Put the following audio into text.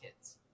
kids